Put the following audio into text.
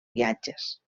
viatges